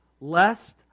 lest